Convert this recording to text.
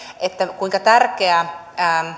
kuinka tärkeää